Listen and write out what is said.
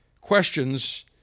questions